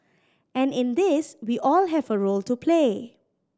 and in this we all have a role to play